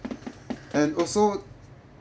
and also